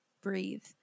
breathe